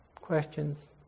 questions